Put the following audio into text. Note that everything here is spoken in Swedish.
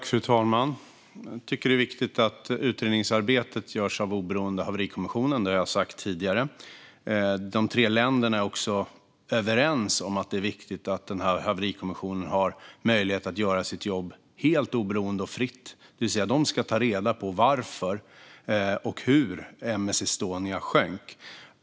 Fru talman! Jag tycker att det är viktigt att utredningsarbetet görs av den oberoende haverikommissionen - det har jag sagt tidigare. De tre länderna är också överens om att det är viktigt att den här haverikommissionen har möjlighet att göra sitt jobb helt oberoende och fritt. De ska alltså ta reda på varför och hur M/S Estonia sjönk.